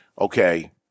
okay